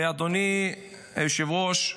ואדוני היושב-ראש,